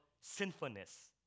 sinfulness